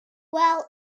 well